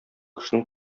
кешенең